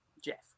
Jeff